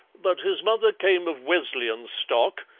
but his mother came of wesleyan stock,